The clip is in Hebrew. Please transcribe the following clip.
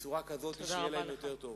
בצורה כזאת שיהיה להם יותר טוב.